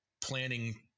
planning